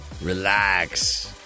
Relax